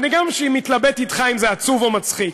אני גם מתלבט אתך אם זה עצוב או מצחיק.